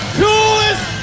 coolest